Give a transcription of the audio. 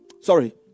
sorry